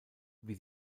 wie